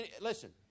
Listen